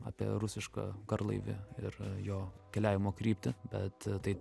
apie rusišką garlaivį ir jo keliavimo kryptį bet tai